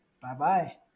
Bye-bye